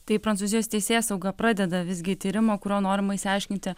tai prancūzijos teisėsauga pradeda visgi tyrimą kuriuo norima išsiaiškinti